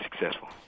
successful